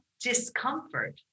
discomfort